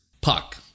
Puck